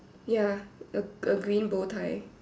ya a a green bow tie